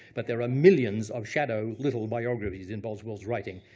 but there are millions of shadow, little biographies, in boswell's writing.